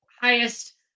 highest